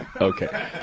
Okay